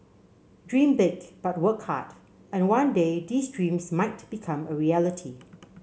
dream big but work hard and one day these dreams might become a reality